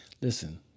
listen